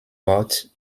wort